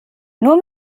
nur